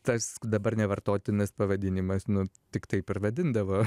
tas dabar nevartotinas pavadinimas nu tik taip ir vadindavo